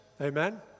Amen